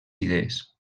idees